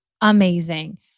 amazing